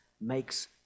makes